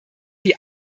die